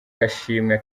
gashimwe